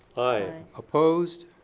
aye. opposed?